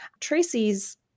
Tracy's